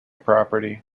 property